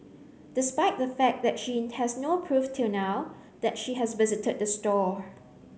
despite the fact that she has no proof till now that she has visited the store